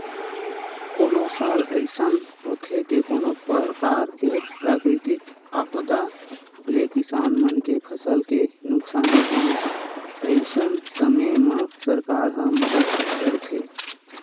कोनो साल अइसन होथे के कोनो परकार ले प्राकृतिक आपदा ले किसान मन के फसल के नुकसानी होगे अइसन समे म सरकार मदद करथे